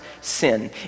sin